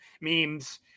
memes